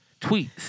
tweets